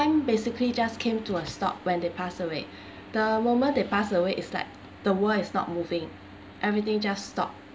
time basically just came to a stop when they pass away the moment they pass away it's like the world is not moving everything just stop